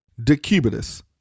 decubitus